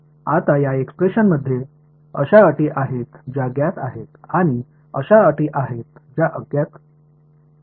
आता या एक्सप्रेशनमध्ये अशा अटी आहेत ज्या ज्ञात आहेत आणि अशा अटी आहेत ज्या ज्ञात नाहीत